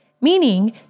meaning